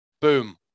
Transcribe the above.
Boom